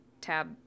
Tab